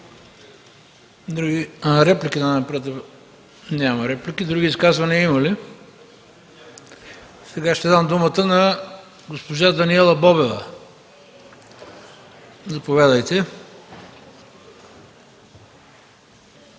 Други изказвания има ли? Сега ще дам думата на госпожа Даниела Бобева. Заповядайте.